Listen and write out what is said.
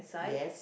yes